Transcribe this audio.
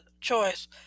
choice